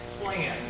plan